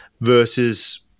versus